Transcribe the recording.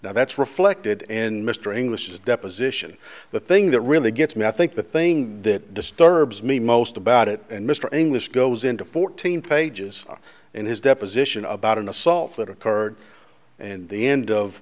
now that's reflected in mr english deposition the thing that really gets me i think the thing that disturbs me most about it and mr inglis goes into fourteen pages in his deposition about an assault that occurred and the end of